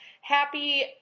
Happy